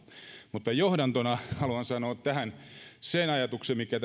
mutta johdantona tähän haluan sanoa sen ajatuksen mikä